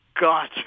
God